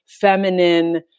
feminine